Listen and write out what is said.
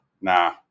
nah